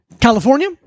California